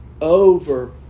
over